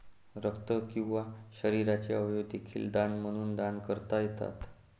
रक्त किंवा शरीराचे अवयव देखील दान म्हणून दान करता येतात